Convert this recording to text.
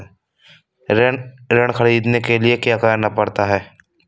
ऋण ख़रीदने के लिए क्या करना पड़ता है?